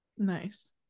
nice